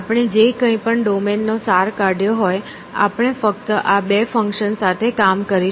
આપણે જે કંઈ પણ ડોમેન નો સાર કાઢ્યો હોય આપણે ફક્ત આ બે ફંક્શન સાથે કામ કરીશું